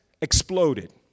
exploded